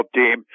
team